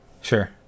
sure